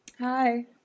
Hi